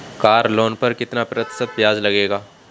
Car loan पर कितना प्रतिशत ब्याज लगेगा?